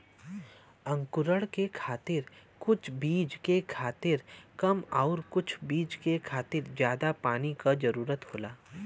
अंकुरण के खातिर कुछ बीज के खातिर कम आउर कुछ बीज के खातिर जादा पानी क जरूरत होला